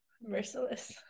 merciless